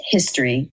History